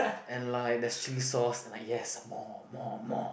and like there's chilli sauce like yes more more more